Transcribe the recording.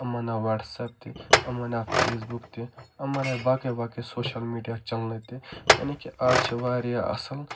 یِمَن آو WhatsApp تہِ یِمَن آو فیس بُک تہِ یِمَن آیہِ باقٕے باقٕے سوشَل میٖڈیا چَنٛلہٕ تہِ یعنی کہ آز چھِ واریاہ اصٕل